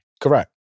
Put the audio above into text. Correct